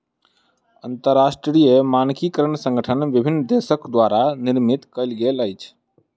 अंतरराष्ट्रीय मानकीकरण संगठन विभिन्न देसक द्वारा निर्मित कयल गेल अछि